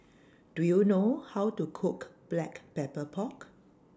Do YOU know How to Cook Black Pepper Pork